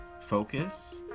focus